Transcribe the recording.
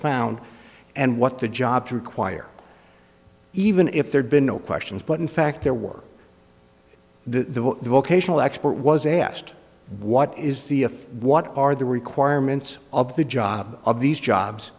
found and what the jobs require even if there'd been no questions but in fact there were the vocational expert was asked what is the if what are the requirements of the job of these jobs